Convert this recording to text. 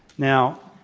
now,